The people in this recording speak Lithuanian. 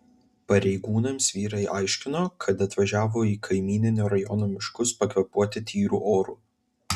pareigūnams vyrai aiškino kad atvažiavo į kaimyninio rajono miškus pakvėpuoti tyru oru